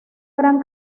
gran